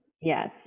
Yes